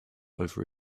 over